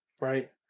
Right